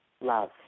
love